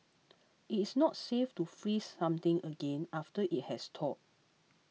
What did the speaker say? it is not safe to freeze something again after it has thawed